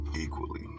equally